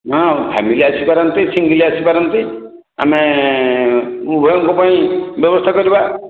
ହଁ ଫ୍ୟାମିଲି ଆସିପାରନ୍ତି ସିଙ୍ଗିଲ୍ ଆସିପାରନ୍ତି ଆମେ ଉଭୟଙ୍କ ପାଇଁ ବ୍ୟବସ୍ଥା କରିବା